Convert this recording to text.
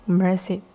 mercy